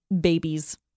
babies